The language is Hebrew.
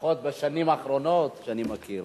לפחות בשנים האחרונות, שאני מכיר.